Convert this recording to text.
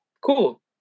Cool